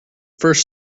first